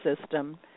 system